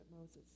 Moses